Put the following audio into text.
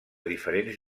diferents